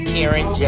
Karen